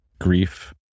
grief